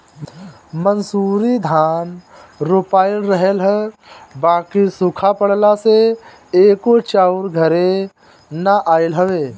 मंसूरी धान रोपाइल रहल ह बाकि सुखा पड़ला से एको चाउर घरे ना आइल हवे